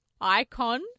icon